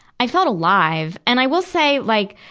i felt alive, and i will say, like,